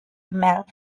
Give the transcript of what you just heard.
melt